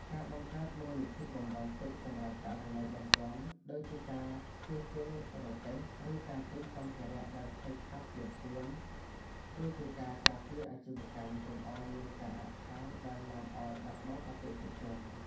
ការបង្កើតមូលនិធិបម្រុងទុកសម្រាប់ករណីបន្ទាន់ ដូចជាការជួសជុលរទេះ ឬការទិញសម្ភារៈដែលខូចខាតភ្លាមៗ គឺជាការការពារអាជីវកម្មកុំឱ្យមានការអាក់ខានដែលនាំឱ្យបាត់បង់អតិថិជន។